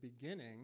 beginning